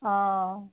অঁ